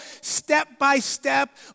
step-by-step